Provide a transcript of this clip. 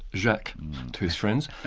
jacques to his friends,